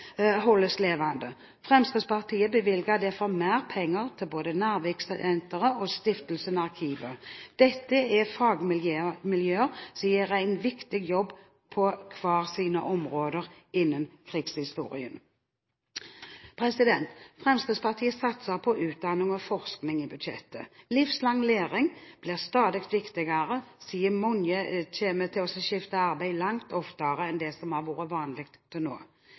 holdes levende. Fremskrittspartiet bevilger derfor mer penger til både Narviksenteret og Stiftelsen Arkivet. Dette er fagmiljøer som gjør en viktig jobb på hver sine områder innen krigshistorien. Fremskrittspartiet satser i budsjettet på utdanning og forskning. Livslang læring blir stadig viktigere, siden mange kommer til å skifte arbeid langt oftere enn det som har vært vanlig til nå.